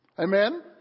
Amen